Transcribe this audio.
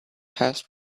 passed